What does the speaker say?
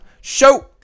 show